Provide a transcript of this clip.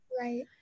Right